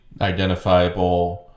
identifiable